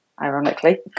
ironically